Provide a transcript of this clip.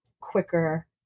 quicker